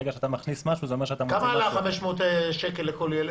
ברגע שאתה מכניס משהו -- כמה עלה 500 שקל לכל ילד?